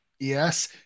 Yes